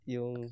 Yung